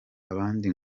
abandi